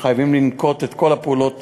שחייבים לנקוט את כל הפעולות